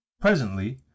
Presently